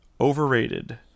overrated